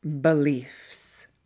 beliefs